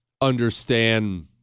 understand